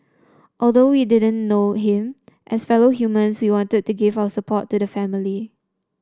although we didn't know him as fellow humans we wanted to give our support to the family